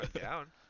down